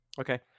okay